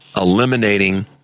eliminating